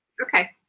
okay